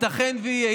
ייתכן שיהיה,